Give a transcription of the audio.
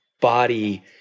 body